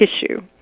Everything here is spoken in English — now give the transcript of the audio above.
tissue